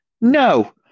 No